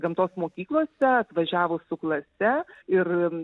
gamtos mokyklose atvažiavo su klase ir